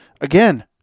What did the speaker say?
Again